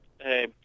Hey